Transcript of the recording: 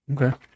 Okay